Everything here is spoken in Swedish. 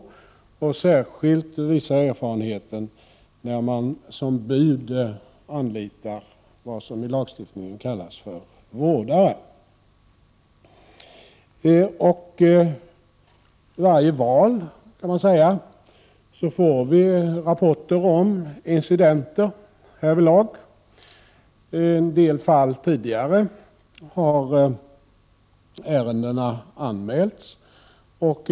Erfarenheten visar att problemet särskilt uppkommer när man som bud anlitar vad som i lagstiftningen kallas för vårdare. Vid varje val får vi rapporter om incidenter härvidlag. I en del fall tidigare har ärendena anmälts.